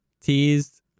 Teased